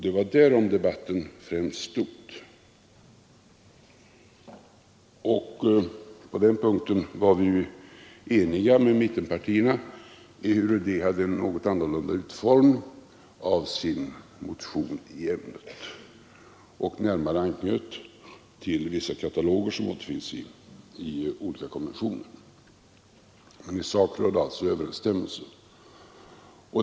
Det var därom debatten främst stod. Och på den punkten var vi eniga med mittenpartierna, ehuru de hade en något annorlunda utformning av sin motion i ämnet och närmare anknöt till vissa kataloger som återfinns i olika konventioner. Men i sak var det alltså överensstämmelse.